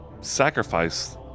sacrifice